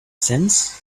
sense